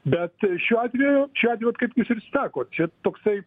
bet šiuo atveju šiuo atveju vat kaip jūs ir sakot čia toksai